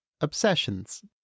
obsessions